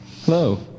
Hello